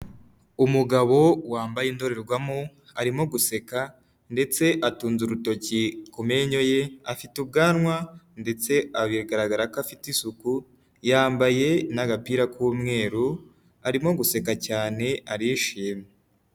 Umugabo wambaye indorerwamo, arimo guseka ndetse atunze urutoki ku menyo ye, afite ubwanwa ndetse bigaragara ko afite isuku, yambaye n'agapira k'umweru, arimo guseka cyane arishimye.